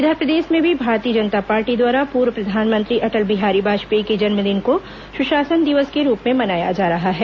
इधर प्रदेश में भी भारतीय जनता पार्टी द्वारा पूर्व प्रधानमंत्री अटल बिहारी वाजपेयी के जन्मदिन को सुशासन दिवस के रूप में मनाया जा रहा है